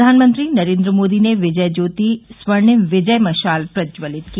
प्रधानमंत्री नरेन्द्र मोदी ने विजय ज्योति स्वर्णिम विजय मशाल प्रज्वलित की